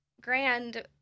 grand